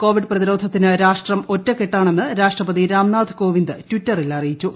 Covid പ്രതിരോധത്തിന് രാഷ്ട്രം ഒറ്റക്കെട്ടാണെന്ന് രാഷ്ട്രപതി രാംനാഥ് കോവിന്ദ് ട്വിറ്ററിൽ അറിയിച്ചു